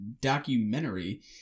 documentary